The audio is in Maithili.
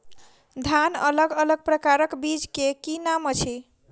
धान अलग अलग प्रकारक बीज केँ की नाम अछि?